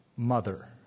mother